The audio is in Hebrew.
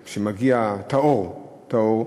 שמגיע, שהוא טהור, טהור,